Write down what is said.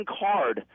card